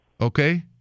Okay